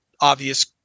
obvious